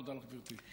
תודה רבה לך, גברתי.